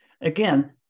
Again